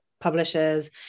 publishers